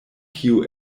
kiu